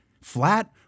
Flat